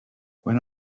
when